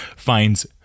Finds